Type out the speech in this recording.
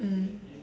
mm